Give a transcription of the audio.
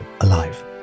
alive